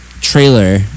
trailer